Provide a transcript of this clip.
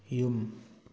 ꯌꯨꯝ